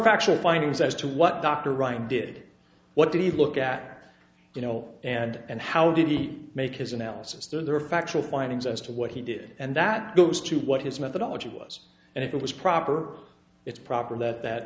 factual findings as to what dr ryan did what did he look at you know and and how did he make his analysis there are factual findings as to what he did and that goes to what his methodology was and if it was proper it's proper that that